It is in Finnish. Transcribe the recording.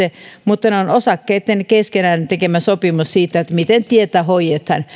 mutta on osakkaitten keskenään tekemä sopimus siitä miten tietä hoidetaan